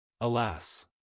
Alas